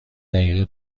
دقیقه